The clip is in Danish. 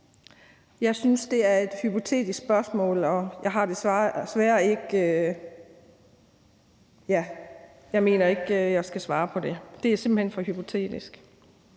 jeg synes, det er et hypotetisk spørgsmål, og jeg mener ikke, at jeg skal svare på det. Det er simpelt hen for hypotetisk.